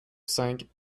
cinq